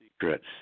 secrets